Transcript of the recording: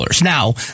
Now